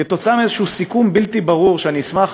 עקב איזשהו סיכום בלתי ברור, ואני אשמח